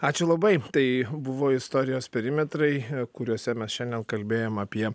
ačiū labai tai buvo istorijos perimetrai kuriuose mes šiandien kalbėjom apie